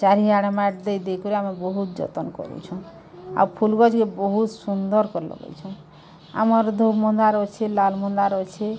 ଚାରିଆଡ଼େ ମାଏଟ୍ ଦେଇ ଦେଇ କରି ଆମେ ବହୁତ ଯତନ୍ କରୁଛୁଁ ଆଉ ଫୁଲଗଜ୍କେ ବହୁତ୍ ସୁନ୍ଦର୍ କରି ଲଗେଇଛୁଁ ଆମର୍ ଧପ୍ ମନ୍ଦାର୍ ଅଛେ ଲାଲ୍ ମନ୍ଦାର୍ ଅଛେ